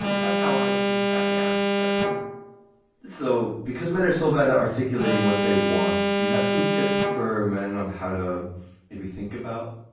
that's how i would think about the outer circle so because men are so better articulating what they want. do you have some tips for men on how to maybe think about